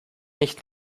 nicht